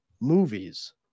movies